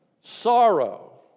Sorrow